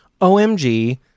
OMG